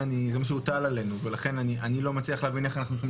זה מה שהוטל עלינו ולכן אני לא מצליח להבין איך אנחנו יכולים